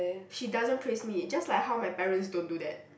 she doesn't praise me just like how my parents don't do that